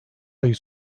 ayı